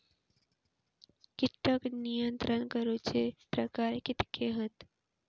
कीटक नियंत्रण करूचे प्रकार कितके हत?